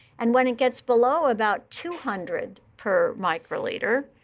and when it gets below about two hundred per microliter,